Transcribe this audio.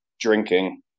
drinking